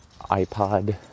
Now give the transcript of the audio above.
iPod